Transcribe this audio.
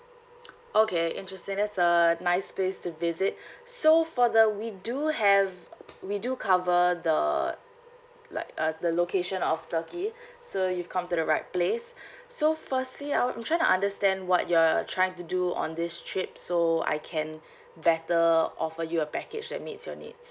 okay interesting that's a nice place to visit so for the we do have we do cover the like uh the location of turkey so you've come to the right place so firstly I I'm trying to understand what you're trying to do on this trip so I can better offer you a package that meets your needs